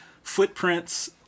Footprints